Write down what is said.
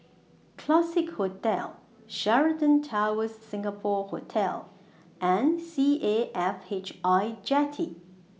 Classique Hotel Sheraton Towers Singapore Hotel and C A F H I Jetty